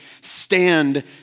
stand